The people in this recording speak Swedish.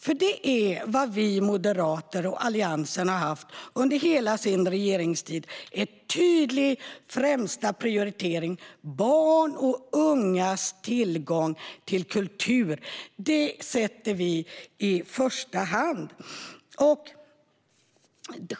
Det är nämligen vad vi moderater och Alliansen gjorde under hela vår regeringstid - det var tydligt att den främsta prioriteringen var barns och ungas tillgång till kultur. Vi sätter det i första hand.